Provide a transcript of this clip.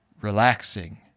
relaxing